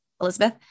Elizabeth